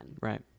Right